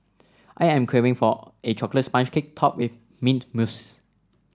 I am craving for a chocolate sponge cake topped with mint mousse